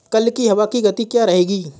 कल की हवा की गति क्या रहेगी?